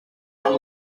was